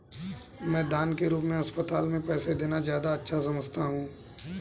मैं दान के रूप में अस्पताल में पैसे देना ज्यादा अच्छा समझता हूँ